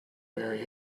marry